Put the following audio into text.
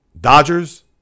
Dodgers